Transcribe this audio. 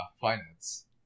finance